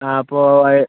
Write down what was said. ആ അപ്പോൾ